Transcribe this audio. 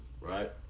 right